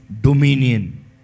dominion